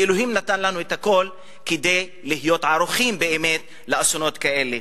כי אלוהים נתן לנו את הכול כדי להיות ערוכים באמת לאסונות כאלה.